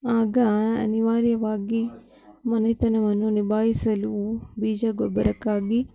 ಆಗ ಅನಿವಾರ್ಯವಾಗಿ ಮನೆತನವನ್ನು ನಿಭಾಯಿಸಲು ಬೀಜ ಗೊಬ್ಬರಕ್ಕಾಗಿ